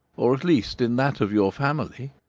or at least in that of your family,